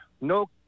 no